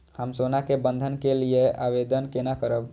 हम सोना के बंधन के लियै आवेदन केना करब?